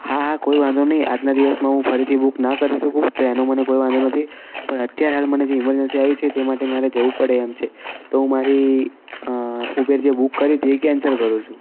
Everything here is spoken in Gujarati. હા હા કોઈ વાંધો નહીં આજના દિવસમાં હું ફરીથી બુક ના કરી શકું તો એનો મને કોઈ વાંધો નથી પણ અત્યારે હાલ મને જે ઇમરજન્સી આવી છે તે માટે મારે જવું પડે એમ છે તો હું મારી ઉબેર જે બુક કરી હતી એ કેન્સલ કરું છું